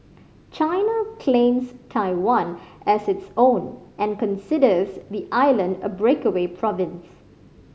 China claims Taiwan as its own and considers the island a breakaway province